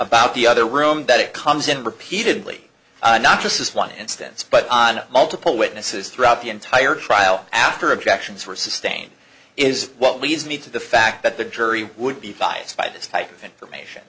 about the other room that it comes in repeatedly not just this one instance but on multiple witnesses throughout the entire trial after objections were sustained is what leads me to the fact that the jury would be biased by this type of information